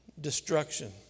destruction